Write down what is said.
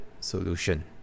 solution